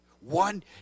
one